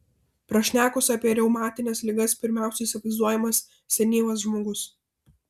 prašnekus apie reumatines ligas pirmiausia įsivaizduojamas senyvas žmogus